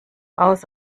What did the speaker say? raus